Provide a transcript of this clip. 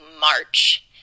march